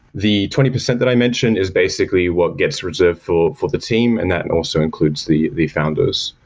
the twenty percent that i mentioned is basically what gets reserved for for the team, and that and also includes the the founders.